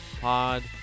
Pod